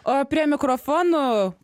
o prie mikrofonų